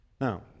Now